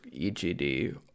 EGD